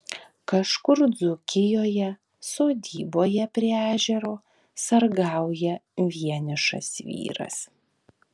kažkur dzūkijoje sodyboje prie ežero sargauja vienišas vyras